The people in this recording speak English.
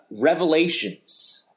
Revelations